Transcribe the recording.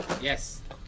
Yes